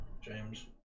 James